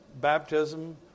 baptism